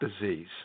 disease